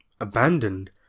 abandoned